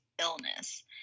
illness